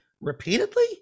repeatedly